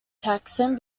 taxon